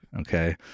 Okay